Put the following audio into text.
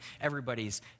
Everybody's